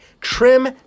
Trim